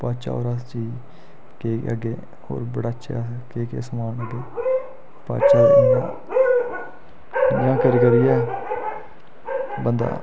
पाचै होर अस जे केह् अग्गें होर बड़ा अच्छा ऐ केह् केह् समान मतलब पाचै इ'यां करी करियै बंदा